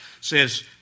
says